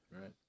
Right